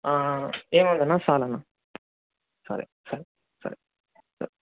ఏం వద్దన్నా చాలన్నా సరే సరే సరే సరే